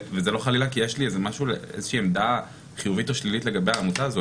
וזה לא חלילה כי יש לי איזושהי עמדה חיובית או שלילית לגבי העמותה הזאת,